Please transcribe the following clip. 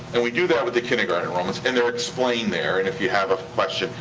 and we do that with the kindergarten enrollments, and they're explained there, and if you have a question,